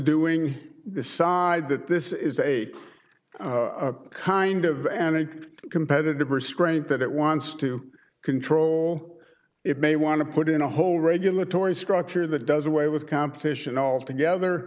doing decide that this is a kind of an ink competitive restraint that it wants to control it may want to put in a whole regulatory structure that does away with competition altogether